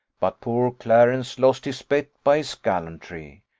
but poor clarence lost his bet by his gallantry.